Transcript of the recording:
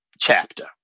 chapter